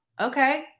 okay